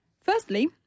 Firstly